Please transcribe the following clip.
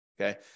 Okay